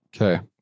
Okay